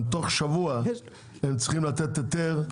תוך שבוע הם צריכים לתת היתר,